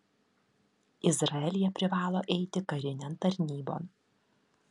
izraelyje privalo eiti karinėn tarnybon